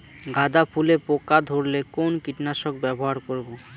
গাদা ফুলে পোকা ধরলে কোন কীটনাশক ব্যবহার করব?